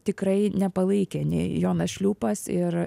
tikrai nepalaikė nei jonas šliūpas ir